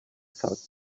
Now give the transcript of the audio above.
thought